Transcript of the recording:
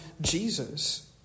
Jesus